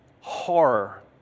horror